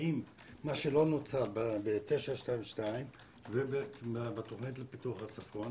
האם מה שלא נוצר ב-922 ובתוכנית לפיתוח הצפון